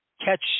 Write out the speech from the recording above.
catch